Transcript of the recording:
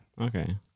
Okay